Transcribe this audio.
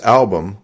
album